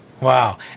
Wow